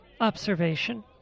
observation